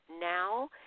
now